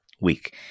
week